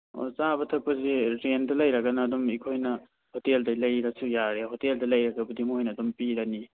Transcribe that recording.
ꯑꯗꯨ ꯆꯥꯕ ꯊꯛꯄꯁꯤ ꯔꯦꯟꯗ ꯂꯩꯔꯒꯅ ꯑꯗꯨꯝ ꯑꯩꯈꯣꯏꯅ ꯍꯣꯇꯦꯜꯗꯩ ꯂꯩꯔꯁꯨ ꯌꯥꯔꯦ ꯍꯣꯇꯦꯜꯗ ꯂꯩꯔꯒꯕꯨꯗꯤ ꯃꯣꯏꯅ ꯑꯗꯨꯝ ꯄꯤꯔꯅꯤ